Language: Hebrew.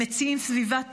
הם מציעים סביבה תומכת,